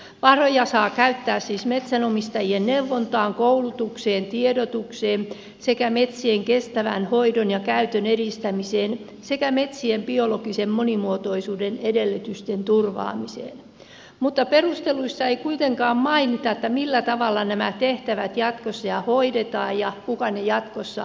varoja saa käyttää siis metsänomistajien neuvontaan koulutukseen tiedotukseen sekä metsien kestävän hoidon ja käytön edistämiseen sekä metsien biologisen monimuotoisuuden edellytysten turvaamiseen mutta perusteluissa ei kuitenkaan mainita millä tavalla nämä tehtävät jatkossa hoidetaan ja kuka ne jatkossa rahoittaa